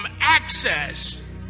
access